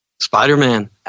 Spider-Man